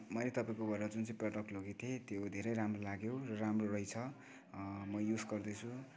मैले तपाईँकोबाट जुन चाहिँ प्रडक्ट लगेको थिएँ त्यो धेरै राम्रो लाग्यो र राम्रो रहेछ म युज गर्दैछु